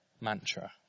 mantra